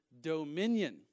dominion